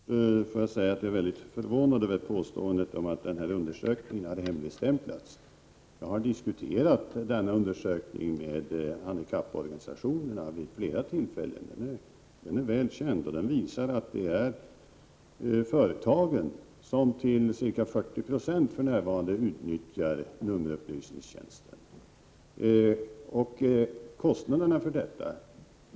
Herr talman! Till att börja med är jag väldigt förvånad över uppgiften att den här undersökningen har hemligstämplats. Jag har vid flera tillfällen diskuterat denna undersökning med handikapporganisationerna. Den är välkänd. Denna undersökning visar att det är företag som till ca 40 96 utnyttjar nummerupplysningstjänsten.